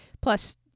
plus